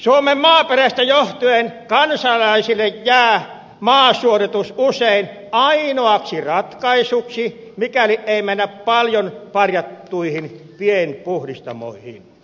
suomen maaperästä johtuen kansalaisille jää maasuodatus usein ainoaksi ratkaisuksi mikäli ei mennä paljon parjattuihin pienpuhdistamoihin